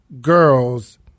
girls